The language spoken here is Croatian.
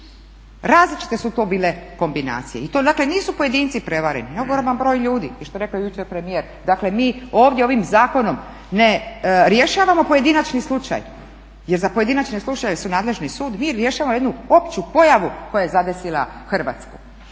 Različite su to bile kombinacije. I to dakle nisu pojedinci prevareni, nego ogroman broj ljudi. I što je rekao jučer premijer, dakle mi ovdje ovim zakonom ne rješavamo pojedinačni slučaj, jer za pojedinačne slučajeve su nadležni sud. Mi rješavamo jednu opću pojavu koja je zadesila Hrvatsku.